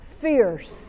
fierce